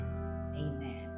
amen